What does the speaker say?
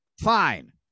fine